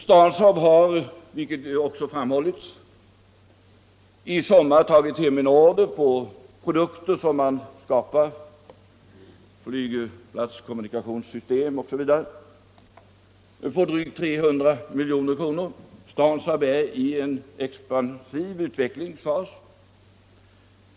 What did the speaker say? STANSAAB tog, vilket också framhållits, i somras hem en order på produkter som man skapar — flygplatskommunikationssystem osv. — på drygt 300 milj.kr. STANSAAB är i en expansiv utvecklingsfas.